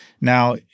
Now